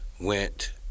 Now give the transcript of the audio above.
went